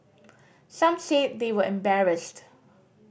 some said they were embarrassed